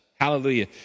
Hallelujah